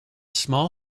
small